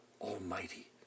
Almighty